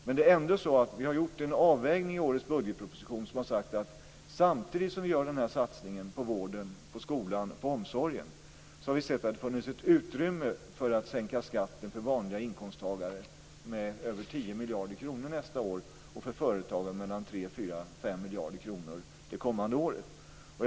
Vi har ändå gjort en avvägning i årets budgetproposition. Samtidigt som vi gör den här satsningen på vården, skolan och omsorgen har vi sett att det finns ett utrymme för att sänka skatten för vanliga inkomsttagare med över 10 miljarder kronor nästa år och för företagen med 3-5 miljarder kronor de kommande åren.